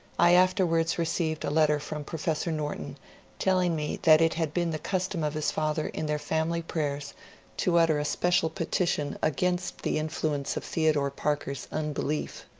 i afterwards received a letter from professor norton telling me that it had been the cus tom of his father in their family prayers to utter a special petition against the influence of theodore parker's unbelief.